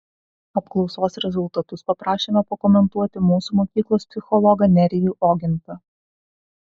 apklausos rezultatus paprašėme pakomentuoti mūsų mokyklos psichologą nerijų ogintą